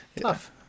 tough